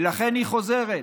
ולכן היא חוזרת.